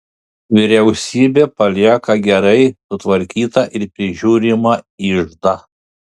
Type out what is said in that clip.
vyriausybė palieka gerai sutvarkytą ir prižiūrimą iždą